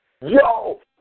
Yo